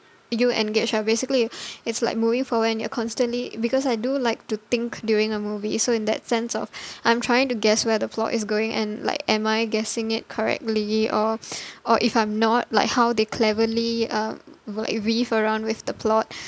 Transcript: you engaged ah basically it's like moving forward and you're constantly because I do like to think during a movie so in that sense of I'm trying to guess where the plot is going and like am I guessing it correctly or or if I'm not like how they cleverly uh like weave around with the plot